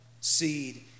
seed